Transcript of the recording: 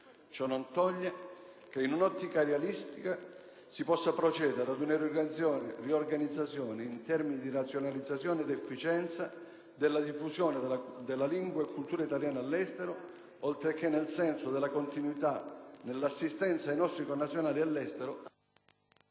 Ciò non toglie che in un'ottica realistica si possa procedere ad una riorganizzazione, in termini di razionalizzazione ed efficienza, della diffusione della lingua e cultura italiana all'estero, oltre che nel senso della continuità dell'assistenza ai nostri connazionali all'estero